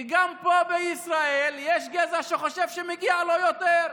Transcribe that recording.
כי גם פה בישראל יש גזע שחושב שמגיע לו יותר,